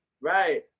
Right